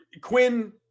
Quinn